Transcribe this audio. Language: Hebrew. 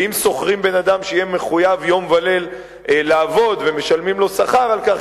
ואם שוכרים בן-אדם שיהיה מחויב יום וליל לעבוד ומשלמים לו שכר על כך,